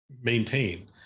maintain